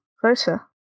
closer